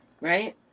Right